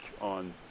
on